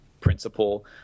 principle